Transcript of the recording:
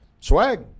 Swag